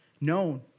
known